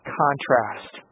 contrast